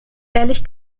ehrlich